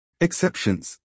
Exceptions